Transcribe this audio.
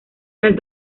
las